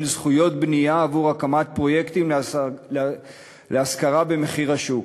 זכויות בנייה עבור הקמת פרויקטים להשכרה במחיר השוק.